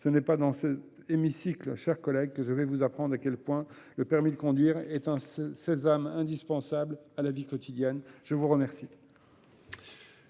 Ce n'est pas dans cet hémicycle, mes chers collègues, que je vais vous apprendre à quel point le permis de conduire est un sésame indispensable à la vie quotidienne ! La discussion